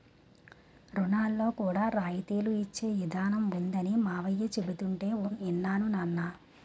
రుణాల్లో కూడా రాయితీలు ఇచ్చే ఇదానం ఉందనీ మావయ్య చెబుతుంటే యిన్నాను నాన్నా